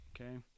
okay